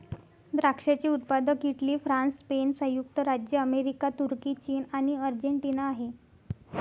द्राक्षाचे उत्पादक Italy, France, Spain, संयुक्त राज्य अमेरिका, तुर्की, चीन आणि अर्जेंटिना आहे